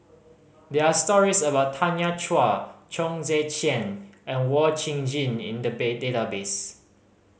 there are stories about Tanya Chua Chong Tze Chien and Wee Chong Jin in the bay database